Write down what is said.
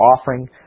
offering